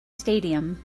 stadium